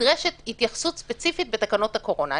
נדרשת התייחסות ספציפית בתקנות הקורונה.